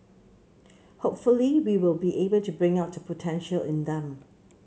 hopefully we will be able to bring out the potential in them